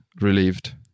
relieved